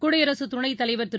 குடியரசுத் துணைத் தலைவர் திரு